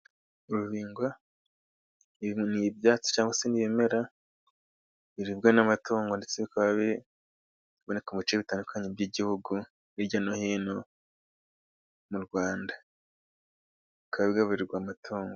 Urubingo ni ibyatsi cyangwa se ni ibimera biribwa n'amatungo, ndetse bikaba biboneka mu bice bitandukanye by'igihugu, hirya no hino mu Rwanda bikaba bigaburirwa amatungo.